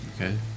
Okay